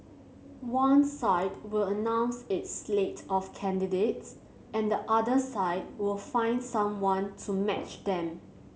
one side will announce its slate of candidates and the other side will find someone to match them